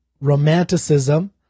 romanticism